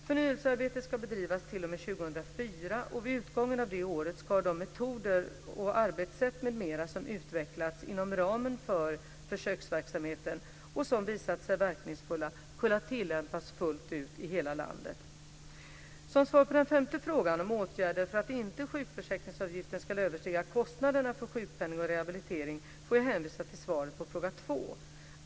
Förnyelsearbetet ska bedrivas t.o.m. 2004, och vid utgången av det året ska de metoder och arbetssätt m.m. som utvecklats inom ramen för försöksverksamheten och som visat sig verkningsfulla kunna tillämpas fullt ut i hela landet. Som svar på den femte frågan om åtgärder för att inte sjukförsäkringsavgiften ska överstiga kostnaderna för sjukpenning och rehabilitering får jag hänvisa till svaret på fråga två.